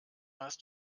hast